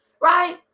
Right